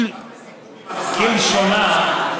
כלשונה,